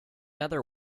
other